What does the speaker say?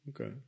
Okay